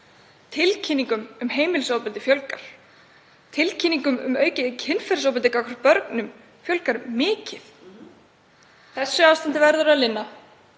Tilkynningum um heimilisofbeldi fjölgar. Tilkynningum um aukið kynferðisofbeldi gagnvart börnum fjölgar mikið. Þessu ástandi verður að linna.